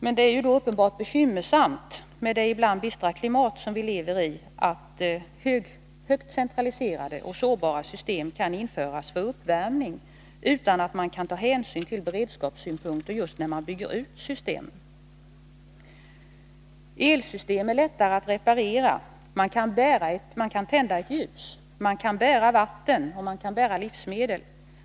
Med det ibland bistra klimat som vi lever i är det uppenbart bekymmersamt att mycket centraliserade och sårbara system kan införas för uppvärmning utan att man kan ta hänsyn till beredskapssynpunkter just när man bygger ut systemet. Elsystem är lättare att reparera. Man kan tända ett ljus, man kan bära vatten och man kan bära livsmedel.